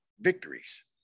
victories